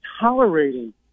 tolerating